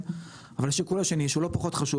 אבל השיקול השני שהוא לא פחות חשוב,